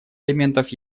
элементов